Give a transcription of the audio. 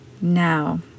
now